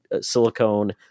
silicone